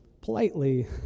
politely